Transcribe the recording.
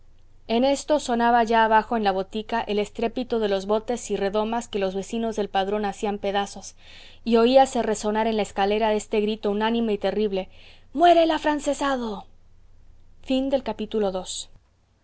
en esto sonaba ya abajo en la botica el estrépito de los botes y redomas que los vecinos del padrón hacían pedazos y oíase resonar en la escalera este grito unánime y terrible muera el afrancesado iii